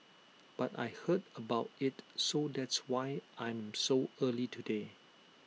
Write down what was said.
but I heard about IT so that's why I'm so early today